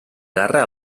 guerra